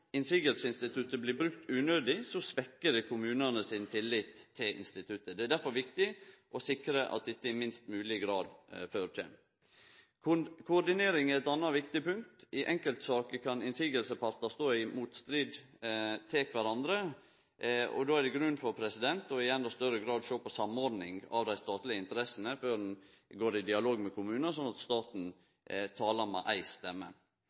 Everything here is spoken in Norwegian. motsegnsinstituttet blir brukt unødig, svekkjer det kommunane sin tillit til instituttet. Det er derfor viktig å sikre at dette i minst mogleg grad førekjem. Koordinering er eit anna viktig punkt. I enkeltsaker kan motsegnspartar stå i motstrid til kvarandre. Då er det i endå større grad grunn til å sjå på ei samordning av dei statlege interessene før ein går i dialog med kommunane, slik at staten taler med ei stemme.